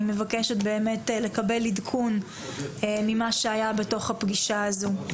מבקשת לקבל עדכון ממה שהיה בתוך הפגישה הזו.